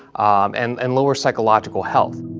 um and and lower psychological health.